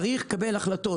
צריך לקבל החלטות,